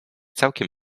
całkiem